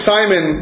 Simon